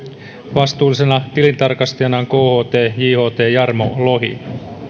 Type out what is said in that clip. vastuullisena tilintarkastajana kht jht jarmo lohi